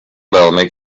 velmi